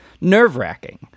Nerve-wracking